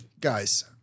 guys